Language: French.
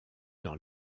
dans